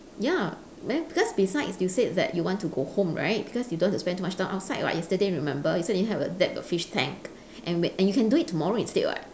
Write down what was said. ya then because besides you said that you want to go home right because you don't want to spend too much time outside [what] yesterday remember you said you have a that a fish tank and may you can do it tomorrow instead [what]